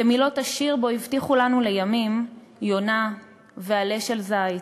כמילות השיר שבו הבטיחו לנו לימים יונה ועלה של זית,